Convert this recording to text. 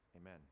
amen